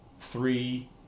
three